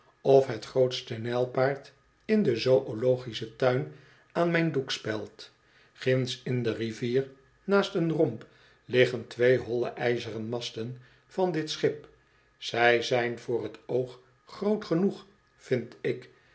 of het grootste nijlpaard in den zoölogischen tuin aan mijn doekspeld ginds in do rivier naast een romp liggen twee holle ijzeren masten van dit schip zij zijn voor t oog groot genoeg vind ik